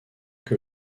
que